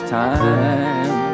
time